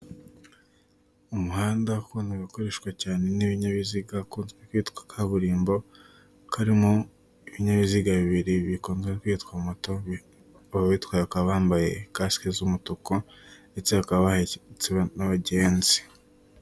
Umuhanda ukunda gukoreshwa cyane n'ibinyabiziga ukunze kwitwa kaburimbo, ukaba urimo ibinyabiziga bibiri bikunze kwitwa moto uyitwye akaba yambaye kasike z'umutuku ndetse bakaba bahetse n'abagenzi.